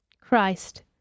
Christ